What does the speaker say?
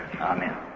Amen